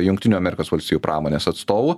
jungtinių amerikos valstijų pramonės atstovų